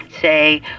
say